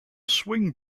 swing